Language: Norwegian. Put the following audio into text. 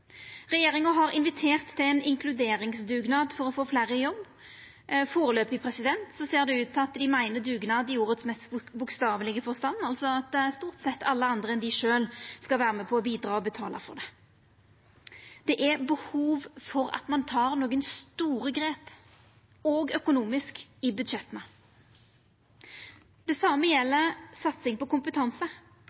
Regjeringa har invitert til ein inkluderingsdugnad for å få fleire i jobb. Førebels ser det ut til at dei meiner dugnad i ordets mest bokstavelege forstand, altså at det stort sett er alle andre enn dei sjølve som skal vera med på å bidra og betala for det. Det er behov for at ein tek nokre store grep, òg økonomisk, i budsjetta. Det same gjeld satsing på kompetanse.